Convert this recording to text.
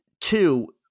two